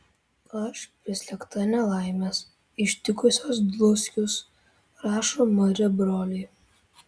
aš prislėgta nelaimės ištikusios dluskius rašo mari broliui